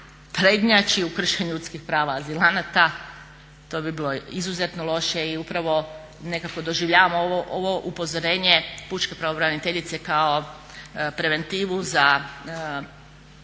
prednjači u kršenju ljudskih prava azilanata. To bi bilo izuzetno loše i upravo nekako doživljavam ovo upozorenje pučke pravobraniteljice kao preventivu za rješavanje